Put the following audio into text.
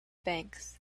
banks